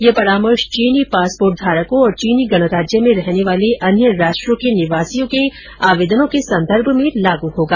यह परामर्श चीनी पासपोर्ट धारकों और चीनी गणराज्य में रहने वाले अन्य राष्ट्रों के निवासियों के आवेदनों के संदर्भ में लागू होगा